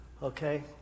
Okay